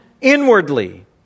inwardly